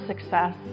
success